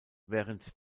während